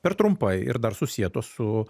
per trumpai ir dar susietos su